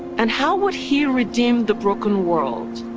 and how would he redeem the broken world?